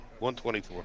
124